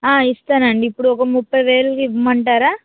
ఆ ఇస్తాను అండి ఇప్పుడు ఒక ముప్పైవేలు ఇవ్వమంటారా